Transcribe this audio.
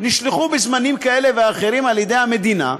נשלחו בזמנים כאלה ואחרים על-ידי המדינה,